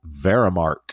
Verimark